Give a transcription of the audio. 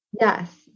Yes